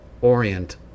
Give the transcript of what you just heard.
orient